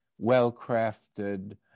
well-crafted